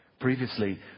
Previously